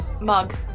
Mug